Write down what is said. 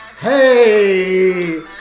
Hey